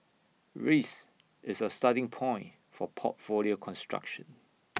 risk is our starting point for portfolio construction